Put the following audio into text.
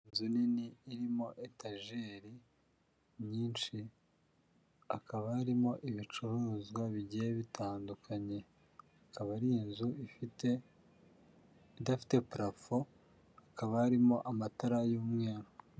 Inzu nini irimo etajeri nyinshi hakaba harimo ibicuruzwa bigiye bitandukanye, ikaba ari inzu ifite idafite parafo, hakaba harimo amatara y'umweru.